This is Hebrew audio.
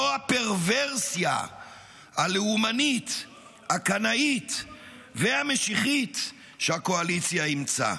לא הפרוורסיה הלאומנית הקנאית והמשיחית שהקואליציה אימצה.